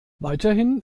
weiterhin